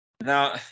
Now